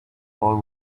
all